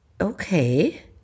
Okay